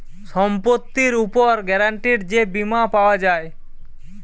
সম্পত্তির উপর গ্যারান্টিড যে বীমা পাওয়া যায়